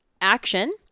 action